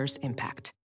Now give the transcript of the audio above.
impact